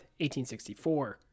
1864